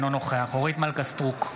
אינו נוכח אורית מלכה סטרוק,